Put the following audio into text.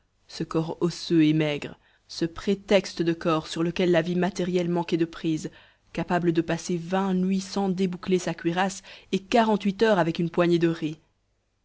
ce corps osseux et maigre ce prétexte de corps sur lequel la vie matérielle manquait de prise capable de passer vingt nuits sans déboucler sa cuirasse et quarante-huit heures avec une poignée de riz